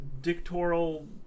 dictatorial